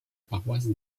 paroisse